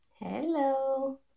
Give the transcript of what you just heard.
Hello